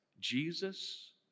Jesus